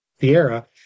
Sierra